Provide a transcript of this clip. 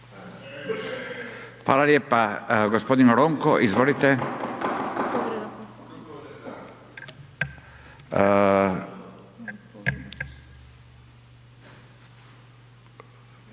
Hvala lijepa. Gospodin Ronko, izvolite.